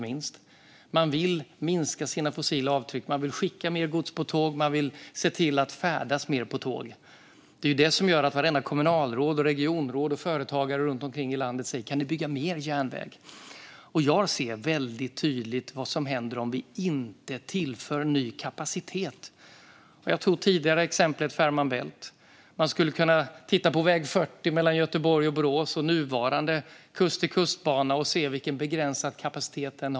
Man vill minska sina fossila avtryck, och man vill skicka mer gods på tåg och färdas mer på tåg. Det är som att vartenda kommunalråd och regionråd och varenda företagare runt omkring i landet säger att de vill ha mer järnväg. Jag ser tydligt vad som händer om vi inte tillför ny kapacitet. Jag tog tidigare upp exemplet Fehmarn Bält. Vi kan titta på väg 40 mellan Göteborg och Borås och nuvarande Kust-till-kust-banan och se på den begränsade kapaciteten.